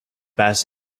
best